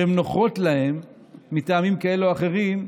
שהן נוחות להן מטעמים כאלה ואחרים,